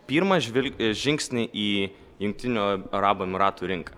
pirmą žvil žingsnį į jungtinių arabų emiratų rinka